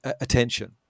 attention